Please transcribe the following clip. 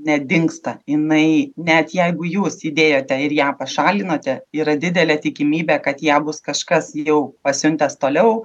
nedingsta jinai net jeigu jūs įdėjote ir ją pašalinote yra didelė tikimybė kad ją bus kažkas jau pasiuntęs toliau